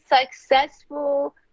successful